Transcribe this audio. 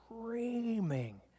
screaming